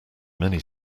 many